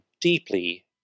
deeply